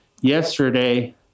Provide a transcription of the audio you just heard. yesterday